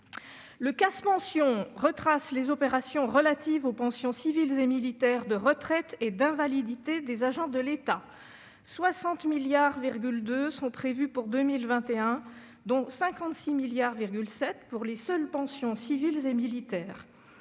« Pensions » retrace les opérations relatives aux pensions civiles et militaires de retraite et d'invalidité des agents de l'État : 60,2 milliards d'euros sont prévus pour 2021, dont 56,7 milliards d'euros pour les seules pensions civiles et militaires